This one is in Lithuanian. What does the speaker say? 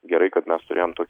gerai kad mes turėjom tokį